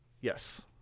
yes